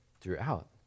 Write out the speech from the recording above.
throughout